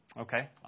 Okay